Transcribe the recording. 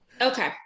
Okay